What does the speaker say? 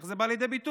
איך זה בא לידי ביטוי?